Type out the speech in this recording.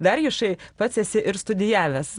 darijušai pats esi ir studijavęs